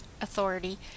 authority